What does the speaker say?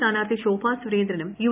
സ്ഥാനാർത്ഥി ശോഭ സുരേന്ദ്രനും യു